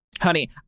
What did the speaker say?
Honey